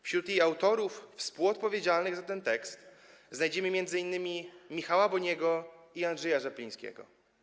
Wśród jej autorów, współodpowiedzialnych za ten tekst, znajdziemy m.in. Michała Boniego i Andrzeja Rzeplińskiego.